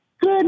Good